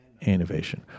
innovation